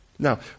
Now